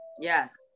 Yes